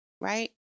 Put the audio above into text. Right